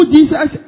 Jesus